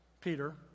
Peter